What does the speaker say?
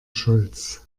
schulz